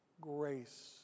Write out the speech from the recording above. grace